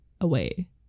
away